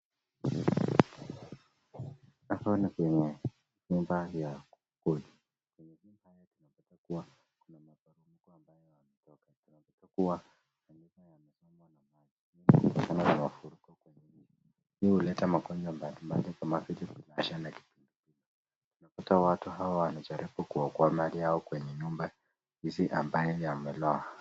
Haya ni kiwango kumbaya kule. Haya tunapotakuwa kuna mafuriko ambayo yanatoka tunapotakuwa. Haya ni kwamba na maji mafuriko kwenye nyumba. Hii huleta magonjwa mbalimbali kama vile kishasha na kipindupindu. Tunapata watu hawa wanajaribu kuokoa mali yao kwenye nyumba zisiambae yameloa.